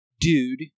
dude